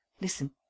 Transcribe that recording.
Listen